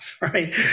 right